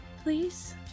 please